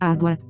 Água